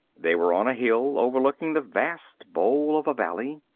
they were on a hill, overlooking the vast bowl of a valley.